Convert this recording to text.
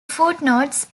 footnotes